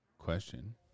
question